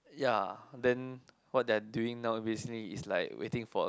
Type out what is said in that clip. ya then what they are doing now basically is like waiting for